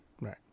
Right